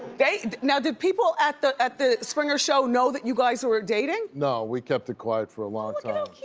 they, now did people at the at the springer show know that you guys were dating? no, we kept it quiet for a long time.